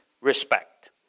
respect